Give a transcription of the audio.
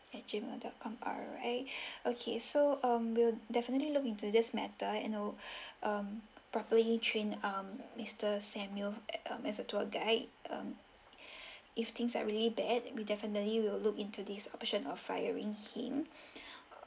at gmail dot com alright okay so um we'll definitely look into this matter and we'll um properly train um mister samuel as a tour guide um if things are really bad we definitely will look into this option of firing him